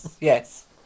Yes